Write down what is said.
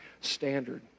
standard